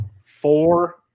four